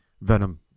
Venom